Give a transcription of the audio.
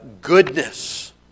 goodness